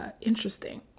interesting